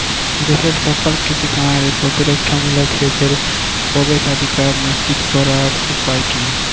দেশের সকল কৃষি খামারে প্রতিরক্ষামূলক সেচের প্রবেশাধিকার নিশ্চিত করার উপায় কি?